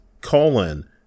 colon